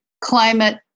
climate